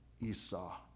Esau